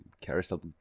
carousel